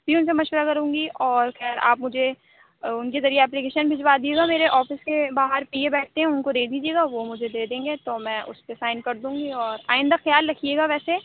پیون سے مشورہ کروں گی اور خیر آپ مجھے ان کے ذریعے اپلیکیشن بھیجوا دیجیے گا میرے آفس کے باہر پی اے بیٹھتے ہیں وہ ان کو دے دیجیے گا وہ مجھے دے دیں گے تو میں اس پہ سائن کر دوں گی اور آئندہ خیال رکھیے گا ویسے